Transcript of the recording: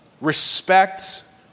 Respect